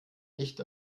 licht